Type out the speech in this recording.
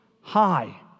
high